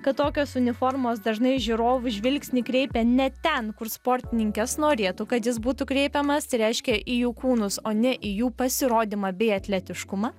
kad tokios uniformos dažnai žiūrovų žvilgsnį kreipia ne ten kur sportininkės norėtų kad jis būtų kreipiamas tai reiškia į jų kūnus o ne į jų pasirodymą bei atletiškumą